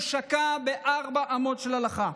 הוא שקע בארבע אמות של הלכה,